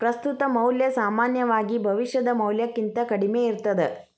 ಪ್ರಸ್ತುತ ಮೌಲ್ಯ ಸಾಮಾನ್ಯವಾಗಿ ಭವಿಷ್ಯದ ಮೌಲ್ಯಕ್ಕಿಂತ ಕಡ್ಮಿ ಇರ್ತದ